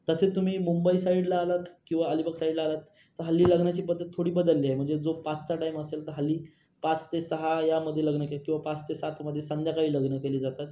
तसेच तुम्ही मुंबई साईडला आलात किंवा अलीबाग साईडला आलात तर हल्ली लग्नाची पद्धत थोडी बदलली आहे म्हणजे जो पाचचा टाईम असेल तो हल्ली पाच ते सहा यामध्ये लग्न के किंवा पाच ते सातमध्ये संध्याकाळी लग्नं केली जातात